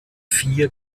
vier